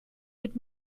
would